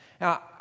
Now